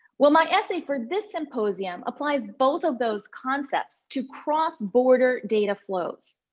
well, my essay for this symposium applies both of those concepts to cross-border data flows.